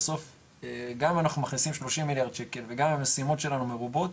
בסוף גם אנחנו מכניסים 30 מיליארד שקל וגם המשימות שלנו מרובות,